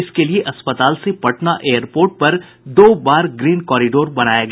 इसके लिए अस्पताल से पटना एयरपोर्ट पर दो बार ग्रीन कोरिडोर बनाया गया